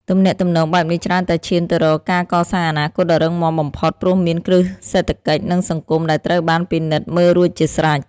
ទំនាក់ទំនងបែបនេះច្រើនតែឈានទៅរកការកសាងអនាគតដ៏រឹងមាំបំផុត ព្រោះមានគ្រឹះសេដ្ឋកិច្ច និងសង្គមដែលត្រូវបានពិនិត្យមើលរួចជាស្រេច។